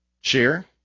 Share